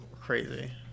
crazy